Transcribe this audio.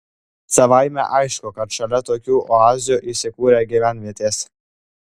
savaime aišku kad šalia tokių oazių įsikūrė gyvenvietės